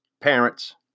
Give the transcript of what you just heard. Parents